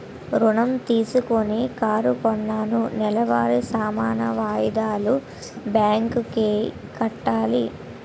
ఋణం తీసుకొని కారు కొన్నాను నెలవారీ సమాన వాయిదాలు బ్యాంకు కి కట్టాలి